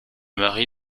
mari